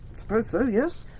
suppose so, yes.